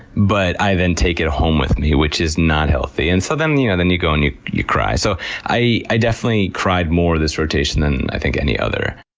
but i then take it home with me, which is not healthy. and so then, you know, you go and you you cry. so i i definitely cried more this rotation than i think any other.